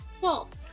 False